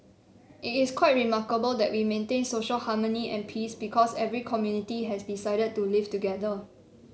it is quite remarkable that we maintain social harmony and peace because every community has decided to live together